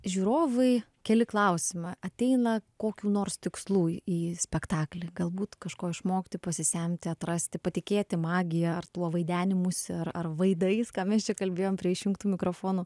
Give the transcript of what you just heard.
žiūrovui keli klausimą ateina kokių nors tikslų į spektaklį galbūt kažko išmokti pasisemti atrasti patikėti magija ar tuo vaidenimųsi ar vaidais ką mes čia kalbėjom prie išjungtų mikrofonų